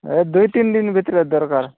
ଏ ଦୁଇ ତିନି ଦିନ ଭିତରେ ଦରକାର